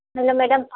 hello madam